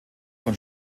von